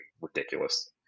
Ridiculous